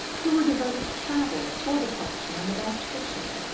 who were devoted to travel, horticulture and the best fiction,